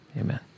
Amen